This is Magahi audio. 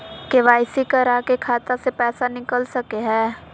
के.वाई.सी करा के खाता से पैसा निकल सके हय?